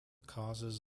causes